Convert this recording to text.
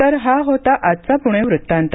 तर हा होता आजचा पुणे वृत्तांत